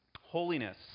Holiness